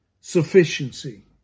sufficiency